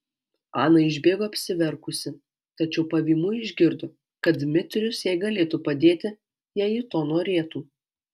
ana išbėgo apsiverkusi tačiau pavymui išgirdo kad dmitrijus jai galėtų padėti jei ji to norėtų